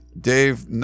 Dave